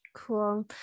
cool